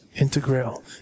integral